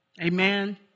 amen